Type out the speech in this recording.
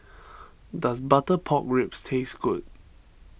does Butter Pork Ribs taste good